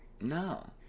No